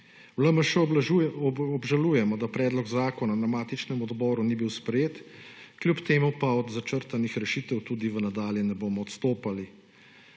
V LMŠ obžalujemo, da predlog zakona na matičnem odboru ni bil sprejet, kljub temu pa od začrtanih rešitev tudi v nadalje ne bomo odstopali.